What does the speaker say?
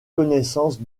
connaissances